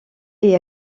est